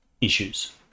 issues